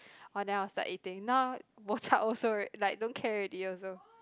orh then I was like eating now bo chup also like don't care already also